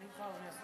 אני אתך, אדוני השר.